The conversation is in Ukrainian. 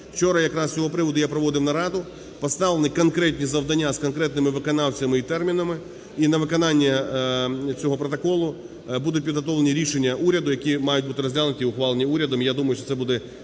Вчора якраз з цього приводу я проводив нараду. Поставлені конкретні завдання з конкретними виконавцями і термінами. І на виконання цього протоколу будуть підготовлені рішення уряду, які мають бути розглянуті і ухвалені урядом.